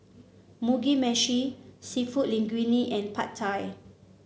Mugi Meshi seafood Linguine and Pad Thai